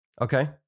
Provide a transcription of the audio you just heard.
Okay